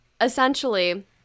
essentially